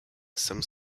some